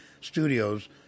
Studios